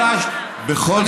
אורן חזן, אתה בפעם אחת.